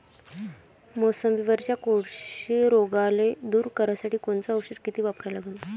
मोसंबीवरच्या कोळशी रोगाले दूर करासाठी कोनचं औषध किती वापरा लागन?